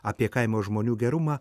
apie kaimo žmonių gerumą